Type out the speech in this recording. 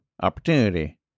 opportunity